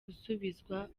gusubizwa